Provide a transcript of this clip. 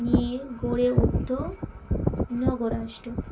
নিয়ে গড়ে উঠত নগর রাষ্ট্র